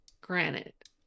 granite